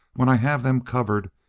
when i have them covered,